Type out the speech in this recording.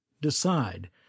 decide